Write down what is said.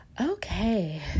okay